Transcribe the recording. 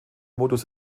modus